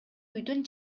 үйдүн